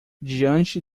diante